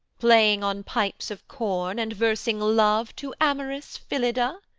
playing on pipes of corn, and versing love to amorous phillida.